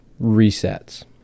resets